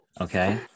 Okay